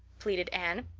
pleaded anne.